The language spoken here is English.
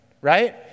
right